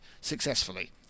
successfully